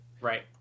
Right